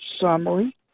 summary